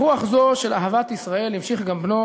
ברוח זו של אהבת ישראל המשיך גם בנו,